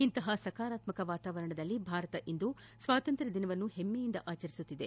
ಇಂತಪ ಸಕಾರಾತ್ಮಕ ವಾತಾವರಣದಲ್ಲಿ ಭಾರತ ಇಂದು ಸ್ವಾತಂತ್ರ್ಯ ದಿನವನ್ನು ಹೆಮ್ಮೆಯಿಂದ ಆಚರಿಸುತ್ತಿದೆ